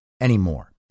anymore